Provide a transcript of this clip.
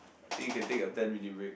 actually you can take a ten minute break